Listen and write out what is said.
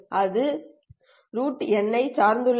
அது ஐ சார்ந்துள்ளது